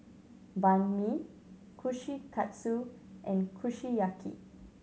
Banh Mi Kushikatsu and Kushiyaki